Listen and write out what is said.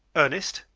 ernest?